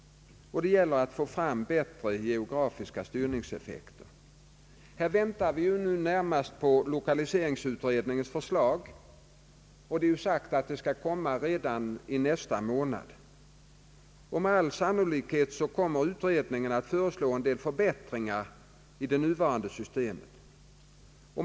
Det gäller att få fram bättre geografiska styrningseffekter. Närmast väntar vi här på lokaliseringsutredningens förslag, och det är sagt att den skall komma redan nästa månad. Med all sannolikhet kommer utredningen att föreslå en del förbättringar i det nuvarande systemet.